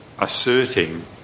asserting